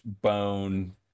bone